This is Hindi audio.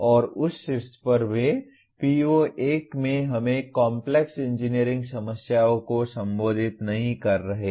और उस शीर्ष पर भी PO1 में हम कॉम्प्लेक्स इंजीनियरिंग समस्याओं को संबोधित नहीं कर रहे हैं